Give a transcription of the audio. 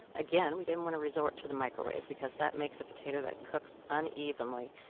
again, we didn't want to resort to the microwave because that makes a potato that cooks unevenly.